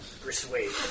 persuade